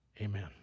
Amen